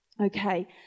Okay